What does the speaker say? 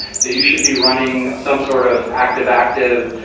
so you should be running some sort of active-active.